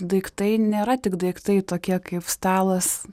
daiktai nėra tik daiktai tokie kaip stalas